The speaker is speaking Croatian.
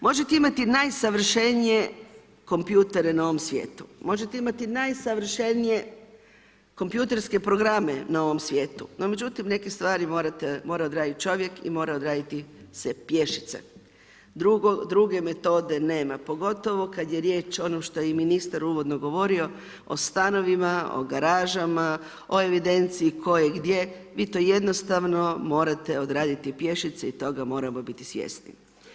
Možete imati najsavršenije kompjutere na ovom svijetu, možete imati najsavršenije kompjuterske programe na ovom svijetu, no međutim, neke stvari mora odraditi čovjek i mora odraditi se pješice, druge metode nema, pogotovo kada je riječ ono što je i ministar uvodno govorio, o stanovima, o građama, o evidenciji tko i gdje, vi to jednostavno, morate odraditi pješice i toga moramo biti svjesni.